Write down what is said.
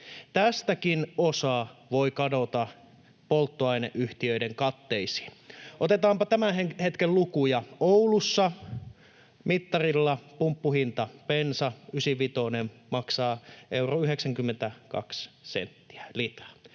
Tästäkin osa voi kadota polttoaineyhtiöiden katteisiin. Otetaanpa tämän hetken lukuja. Oulussa mittarilla pumppuhinta: bensa ysivitonen maksaa 1,92 euroa litra,